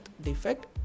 defect